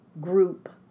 group